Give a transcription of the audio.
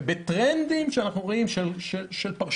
בטרנדים שאנחנו רואים של פרשנות,